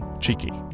cheeky.